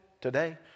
today